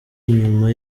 nyuma